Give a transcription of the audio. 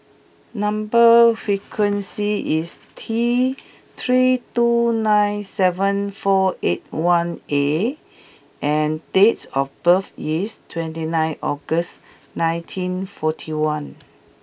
number sequence is T three two nine seven four eight one A and dates of birth is twenty nine August nineteen forty one